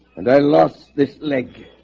and i lost this leg